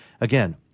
Again